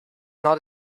not